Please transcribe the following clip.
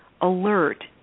alert